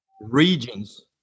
regions